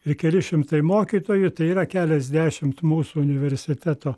ir keli šimtai mokytojų tai yra keliasdešimt mūsų universiteto